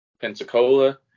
Pensacola